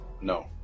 No